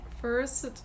First